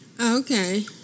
Okay